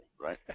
right